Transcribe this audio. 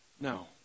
No